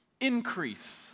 increase